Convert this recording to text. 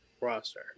roster